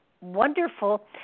wonderful